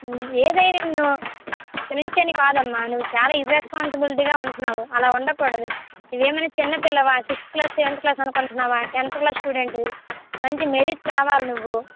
ఏదో నిన్ను ఇక నుంచి అని కాదమ్మా నువ్వు చాలా ఇర్రెస్పాన్సిబిలిటీగా ఉంటున్నావు అలా ఉండకూడదు నువ్వు ఏమైనా చిన్నపిల్లవా సిక్స్త్ క్లాస్ సెవెన్త్ క్లాస్ అనుకుంటున్నావా టెన్త్ క్లాస్ స్టూడెంటువి మంచి మెరిట్ తేవాలి నువ్వు